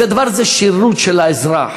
זה דבר, זה שירות לאזרח.